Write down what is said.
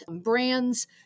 brands